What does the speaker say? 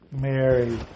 Mary